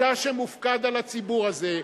אתה שמופקד על הציבור הזה,